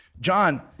John